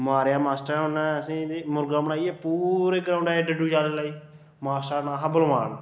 मारेआ मास्टरे ने आसेंगी मुर्गा बनाइयै पूरे ग्रांउडै च डड्डूं चाल चलाई मास्टरे दा नांऽ हा बलबान